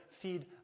Feed